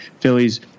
phillies